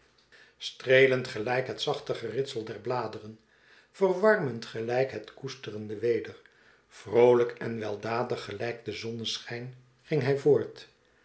streelend gelijk het zachte geritsel der bladeren verwarmend gelijk het koesterende weder vroolijk en weldadig gelijk de zonneschijn ging hij voort